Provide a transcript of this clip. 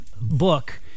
book